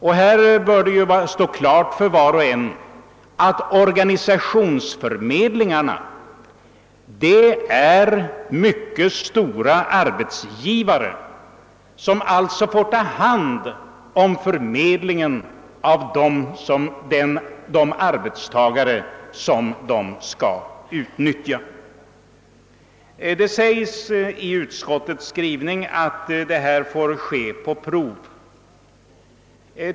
Det bör stå klart för var och en att dessa organisationer, som nu skall få ta hand om förmedlingen av de arbetstagare som det gäller, är arbetsgivare och därtill mycket stora arbetsgivare. Det framhålles i utskottets skrivning att denna förmedlingsverksamhet skall ske på prov.